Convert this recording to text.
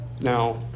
now